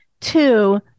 two